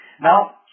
Now